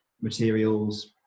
materials